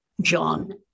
John